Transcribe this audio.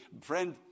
Friend